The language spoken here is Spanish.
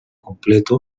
completo